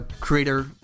creator